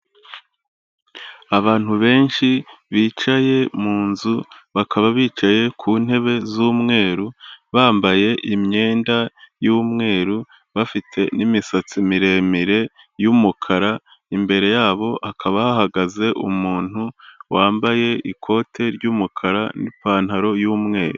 Abantu benshi bicaye mu nzu bakaba bicaye ku ntebe z'umweru, bambaye imyenda y'umweru bafite n'imisatsi miremire y'umukara, imbere yabo hakaba hahagaze umuntu wambaye ikote ry'umukara n'ipantaro y'umweru.